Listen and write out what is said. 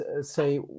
say